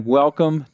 welcome